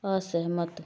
ਅਸਹਿਮਤ